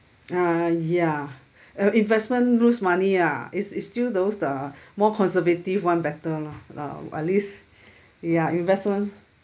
uh ya uh investment lose money ah it is still those the more conservative [one] better lah uh at least ya investment